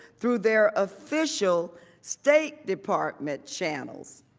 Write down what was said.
through their official state department channels.